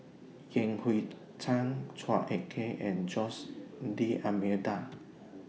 Yan Hui Chang Chua Ek Kay and Jose D'almeida